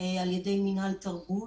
על ידי מינהל התרבות